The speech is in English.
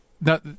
Now